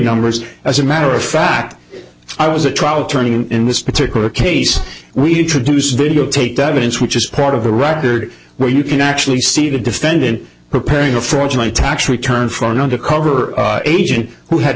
numbers as a matter of fact i was a trial attorney and in this particular case we introduced videotaped evidence which is part of the record where you can actually see the defendant preparing a fraudulent tax return from an undercover agent who had